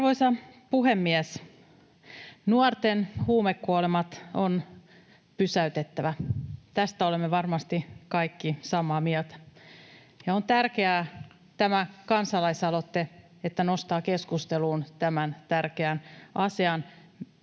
Arvoisa puhemies! Nuorten huumekuolemat on pysäytettävä, tästä olemme varmasti kaikki samaa mieltä. Ja on tärkeää, että tämä kansalaisaloite nostaa keskusteluun tämän tärkeän asian: